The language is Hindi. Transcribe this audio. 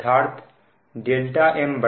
अर्थात mπ 0